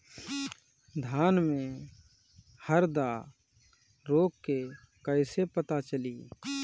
धान में हरदा रोग के कैसे पता चली?